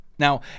Now